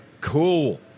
cool